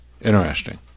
interesting